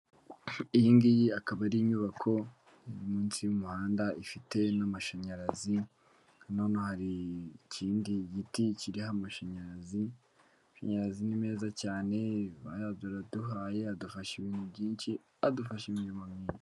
Iyingiyi akaba ari inyubako iri munsi y'umuhanda ifite n'amashanyarazi, hano hari ikindi giti kiriho amashanyarazi. Amashanyarazi ni meza cyane, barayaduhaye adufasha ibintu byinshi, adufasha imirimo myinshi.